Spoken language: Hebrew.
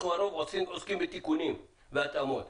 אנחנו לרוב עוסקים בתיקונים והתאמות.